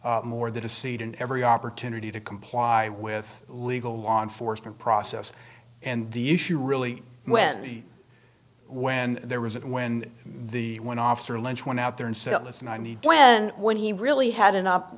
mr more than a seat and every opportunity to comply with legal law enforcement process and the issue really when when there was it when the when officer lynch went out there and said listen i need and when he really had